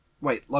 Wait